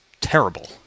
terrible